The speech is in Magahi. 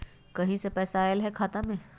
कहीं से पैसा आएल हैं खाता में?